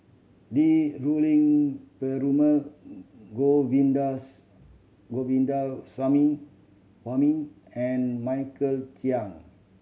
Li Rulin Perumal and Michael Chiang